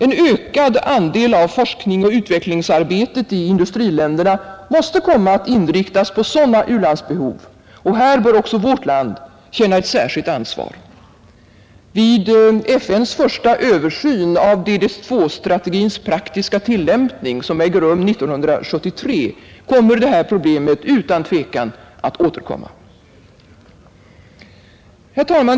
En ökad andel av forskningsoch utvecklingsarbetet i industriländerna måste komma att inriktas på sådana u-landsbehov, och här bör också vårt land känna ett särskilt ansvar. Vid FN:s första översyn av DD2-strategins praktiska tillämpning, som äger rum 1973, kommer det här problemet utan tvekan att återkomma. Herr talman!